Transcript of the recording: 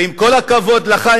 ועם כל הכבוד לך,